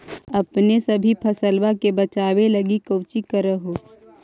अपने सभी फसलबा के बच्बे लगी कौची कर हो?